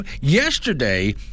Yesterday